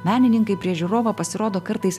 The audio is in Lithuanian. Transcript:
menininkai prieš žiūrovą pasirodo kartais